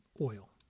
oil